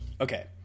Okay